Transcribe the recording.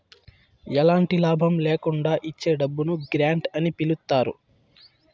ఎలాంటి లాభం ల్యాకుండా ఇచ్చే డబ్బును గ్రాంట్ అని పిలుత్తారు